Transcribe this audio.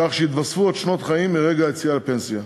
כך שיתווספו עוד שנות חיים מרגע היציאה לפנסיה.